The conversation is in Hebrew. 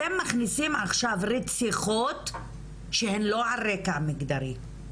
אתם מכניסים עכשיו רציחות שהן לא על רקע מגדרי.